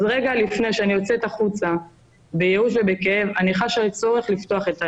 אז רגע לפני שאני יוצאת החוצה בייאוש ובכאב אני חשה צורך לפתוח את הלב,